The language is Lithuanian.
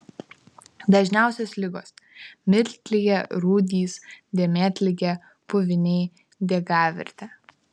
dažniausios ligos miltligė rūdys dėmėtligė puviniai diegavirtė